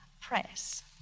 Press